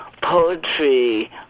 poetry